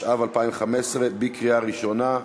התשע"ו 2015, בקריאה ראשונה.